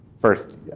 first